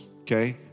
okay